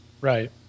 Right